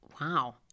Wow